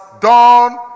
done